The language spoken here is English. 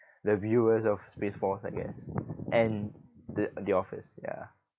the viewers of space force I guess and th~ the office ya